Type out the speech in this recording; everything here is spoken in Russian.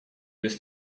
без